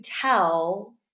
tell